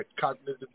cognitive